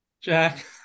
Jack